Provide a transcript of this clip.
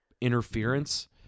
interference